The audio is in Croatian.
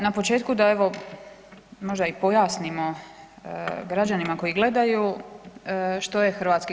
Na početku da evo možda i pojasnim građanima koji gledaju, što je HKO.